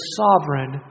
sovereign